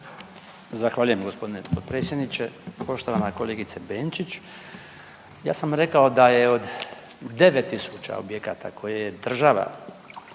Zahvaljujem g. potpredsjedniče. Poštovana kolegice Benčić, ja sam rekao da je od 9.000 objekata koje je država